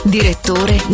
Direttore